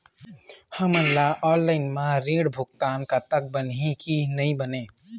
हमन ला ऑनलाइन म ऋण भुगतान करत बनही की नई बने?